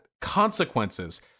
consequences